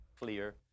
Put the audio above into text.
Clear